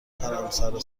حرمسرا